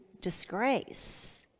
disgrace